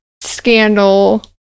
scandal